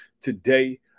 today